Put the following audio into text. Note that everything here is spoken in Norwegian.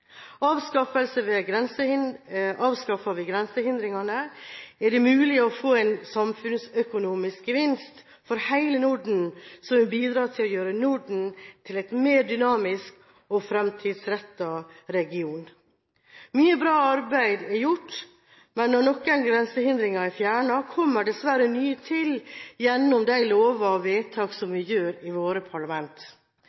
Avskaffer vi grensehindringer, er det mulig å få en samfunnsøkonomisk gevinst for hele Norden, som vil bidra til å gjøre Norden til en mer dynamisk og fremtidsrettet region. Mye bra arbeid er gjort, men når noen grensehindringer er fjernet, kommer dessverre nye til gjennom de lover og vedtak som